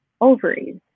ovaries